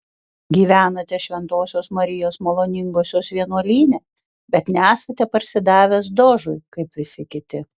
gyvenate šventosios marijos maloningosios vienuolyne bet nesate parsidavęs dožui kaip visi kiti